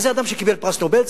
וזה אדם שקיבל פרס נובל.